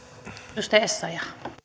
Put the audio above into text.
arvoisa rouva puhemies